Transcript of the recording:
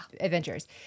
adventures